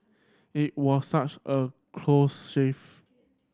it was such a close shave